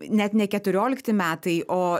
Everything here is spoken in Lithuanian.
net ne keturiolikti metai o